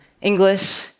English